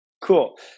Cool